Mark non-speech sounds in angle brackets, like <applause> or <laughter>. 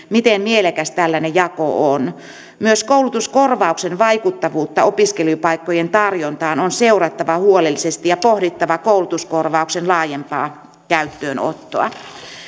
<unintelligible> miten mielekäs tällainen jako on myös koulutuskorvauksen vaikuttavuutta opiskelupaikkojen tarjontaan on seurattava huolellisesti ja pohdittava koulutuskorvauksen laajempaa käyttöönottoa